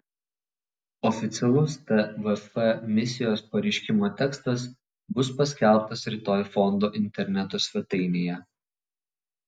oficialus tvf misijos pareiškimo tekstas bus paskelbtas rytoj fondo interneto svetainėje